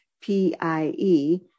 P-I-E